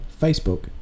Facebook